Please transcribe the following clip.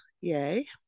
Yay